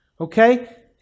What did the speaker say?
okay